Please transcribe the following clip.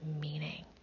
meaning